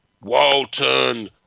Walton